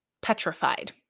petrified